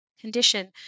condition